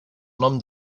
nom